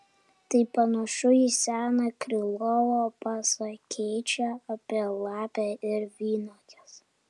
tai panašu į seną krylovo pasakėčią apie lapę ir vynuoges